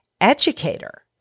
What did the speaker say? educator